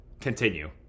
Continue